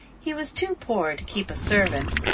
he was too poor to keep a servant,